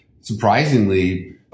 surprisingly